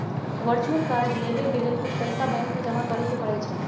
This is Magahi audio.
वर्चुअल कार्ड लेबेय के लेल कुछ पइसा बैंक में जमा करेके परै छै